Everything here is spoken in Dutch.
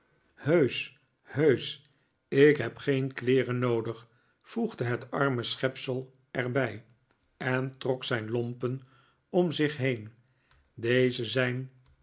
heusch heusch ik heb geen kleeren noodig voegde het arme schepsel er bij en trok zijn lompen om zich heen deze zijn